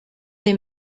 des